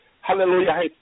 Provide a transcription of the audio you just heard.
Hallelujah